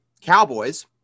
Cowboys